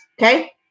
okay